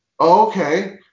okay